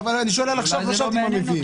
בסדר, אבל אני שואל על עכשיו, לא שאלתי מה מביאים.